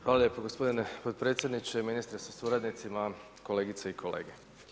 Hvala lijepo gospodine potpredsjedniče, ministre sa suradnicima, kolegice i kolege.